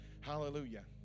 Hallelujah